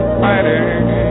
fighting